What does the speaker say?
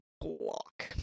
block